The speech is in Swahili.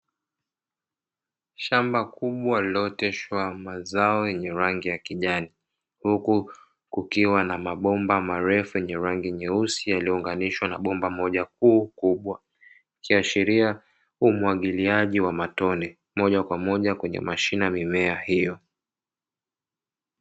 Shamba kubwa lililooteshwa mazao yenye rangi ya kijani, huku kukiwa na mabomba marefu yenye rangi nyeusi, yaliyounganishwa na bomba moja kuu kubwa, ikiashiria umwagiliaji wa matone, moja kwa moja kwenye mashina ya mimea hiyo.